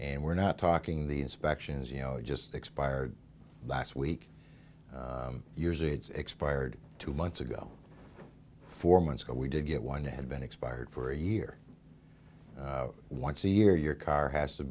and we're not talking the inspections you know it just expired last week years it's expired two months ago four months ago we did get one that had been expired for a year once a year your car has to